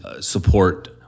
support